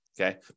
Okay